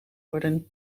worden